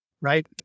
right